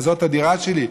זאת הדירה שלי,